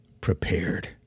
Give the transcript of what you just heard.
prepared